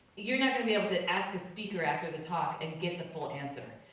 you're not gonna be able to ask a speaker after the talk and get the full answer.